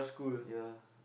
ya